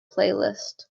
playlist